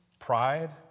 Pride